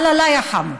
(אומרת בערבית: אלוהים לא ירחם עליו.)